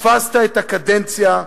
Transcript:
פספסת את הקדנציה,